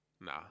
Nah